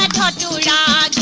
ah da da da